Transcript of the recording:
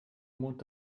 mond